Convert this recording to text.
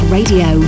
Radio